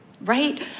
right